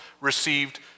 received